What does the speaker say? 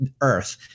Earth